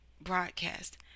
broadcast